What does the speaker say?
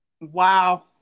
wow